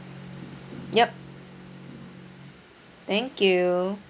yup thank you